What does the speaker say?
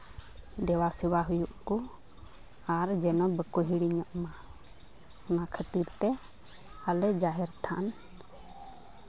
ᱫᱮᱵᱟᱼᱥᱮᱵᱟ ᱦᱩᱭᱩᱜ ᱠᱚ ᱟᱨ ᱡᱮᱱᱚ ᱵᱟᱠᱚ ᱦᱤᱲᱤᱧᱚᱜ ᱢᱟ ᱚᱱᱟ ᱠᱷᱟᱹᱛᱤᱨ ᱛᱮ ᱟᱞᱮ ᱡᱟᱦᱮᱨ ᱛᱷᱟᱱ